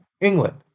England